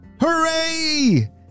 Hooray